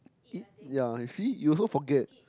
it ya you see you also forget